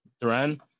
duran